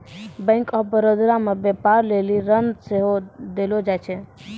bank of Baroda मे व्यपार लेली ऋण सेहो देलो जाय छै